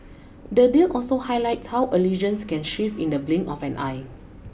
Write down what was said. the deal also highlights how allegiances can shift in the blink of an eye